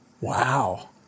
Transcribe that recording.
Wow